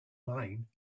mine